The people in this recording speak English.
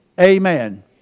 Amen